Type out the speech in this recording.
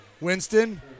Winston